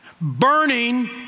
burning